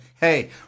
hey